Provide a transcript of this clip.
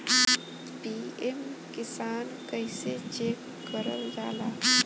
PM Kisan कइसे check करल जाला?